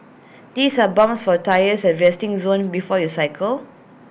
these are pumps for tyres at the resting zone before you cycle